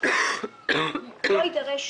לא יידרש